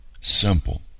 simple